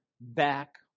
back